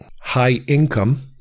High-income